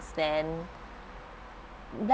then